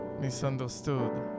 Misunderstood